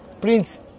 Prince